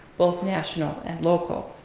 both national and local.